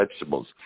vegetables